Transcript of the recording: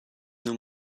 nun